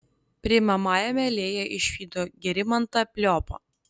priimamajame lėja išvydo gerimantą pliopą